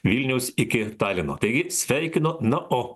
vilniaus iki talino tai sveikino na o